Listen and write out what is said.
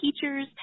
teachers